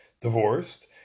divorced